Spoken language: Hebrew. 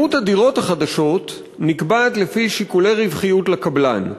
מספר הדירות החדשות נקבע לפי שיקולי רווחיות לקבלן.